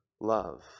love